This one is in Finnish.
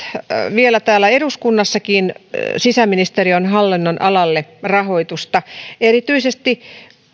vielä täällä eduskunnassakin sisäministeriön hallinnonalalle rahoitusta erityisesti